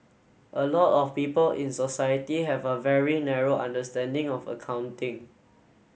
a lot of people in society have a very narrow understanding of accounting